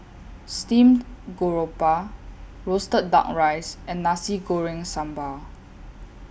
Steamed Garoupa Roasted Duck Rice and Nasi Goreng Sambal